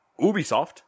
Ubisoft